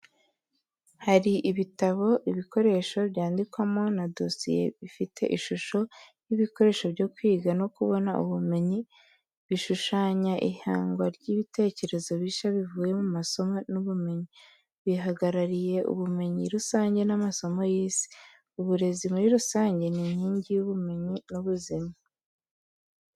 Hari ibitabo, ibikoresho byandikwamo, na dosiye, bifite ishusho y’ibikoresho byo kwiga no kubona ubumenyi. Bishushanya ihangwa ry’ibitekerezo bishya bivuye mu masomo n’ubumenyi. Bihagarariye ubumenyi rusange n’amasomo y’isi. uburezi muri rusange nk’inkingi y’ubumenyi n’ubuzima.